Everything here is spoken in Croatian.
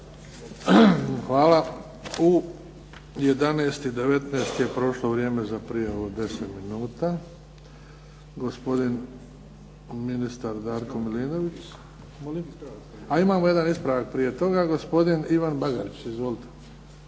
Hvala. U 11,19 je prošlo vrijeme za prijavu 10 minuta. Gospodin ministar Darko Milinović. Molim? A imamo jedan ispravak prije toga. Gospodin Ivan Bagarić. Izvolite.